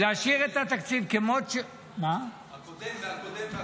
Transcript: להשאיר את התקציב כמות -- הקודם והקודם והקודם.